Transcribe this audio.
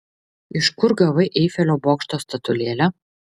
iš kur gavai eifelio bokšto statulėlę